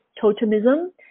totemism